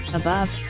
above,